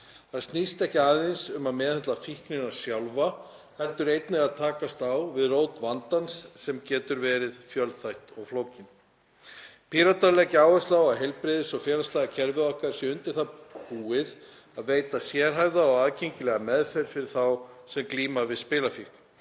Það snýst ekki aðeins um að meðhöndla fíknina sjálfa heldur einnig að takast á við rót vandans sem getur verið fjölþætt og flókin. Píratar leggja áherslu á að heilbrigðiskerfið og félagslega kerfið okkar sé undir það búið að veita sérhæfða og aðgengilega meðferð fyrir þá sem glíma við spilafíkn.